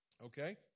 Okay